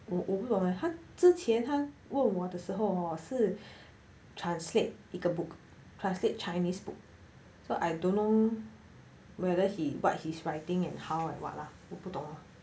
我我不懂 eh 他之前他问我的时候 hor 是 translate 一个 book translate chinese book so I don't know whether he what he's writing and how and what lah 我不懂